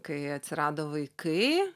kai atsirado vaikai